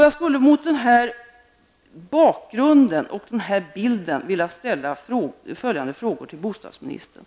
Jag vill mot denna bakgrund och denna bild av läget ställa följande frågor till bostadsministern.